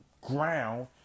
ground